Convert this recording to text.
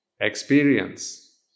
experience